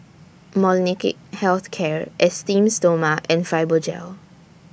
Molnylcke Health Care Esteem Stoma and Fibogel